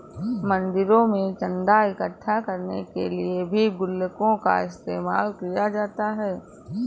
मंदिरों में चन्दा इकट्ठा करने के लिए भी गुल्लकों का इस्तेमाल किया जाता है